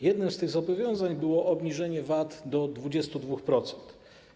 Jednym z tych zobowiązań było obniżenie VAT do 22%.